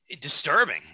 disturbing